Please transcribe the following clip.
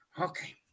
Okay